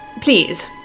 Please